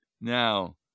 Now